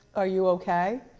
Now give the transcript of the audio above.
are you okay?